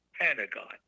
Pentagon